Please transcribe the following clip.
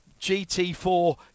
GT4